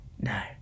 no